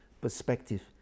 perspective